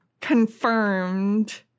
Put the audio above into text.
confirmed